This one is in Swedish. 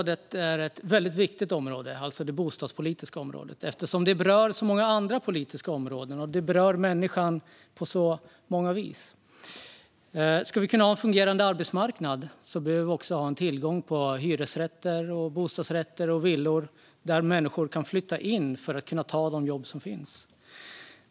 Det bostadspolitiska området är viktigt eftersom det berör så många andra politiska områden och berör människan på många vis. Om vi ska kunna ha en fungerande arbetsmarknad behöver vi ha tillgång på hyresrätter, bostadsrätter och villor där människor kan flytta in för att kunna ta de jobb som finns.